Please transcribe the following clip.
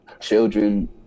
children